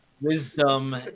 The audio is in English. Wisdom